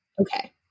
okay